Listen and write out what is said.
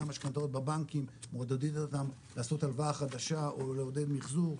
המשכנתאות בבנקים מעודדים אותם לעשות הלוואה חדשה או לעודד מחזור,